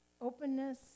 openness